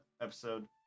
episode